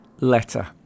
letter